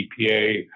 EPA